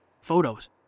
photos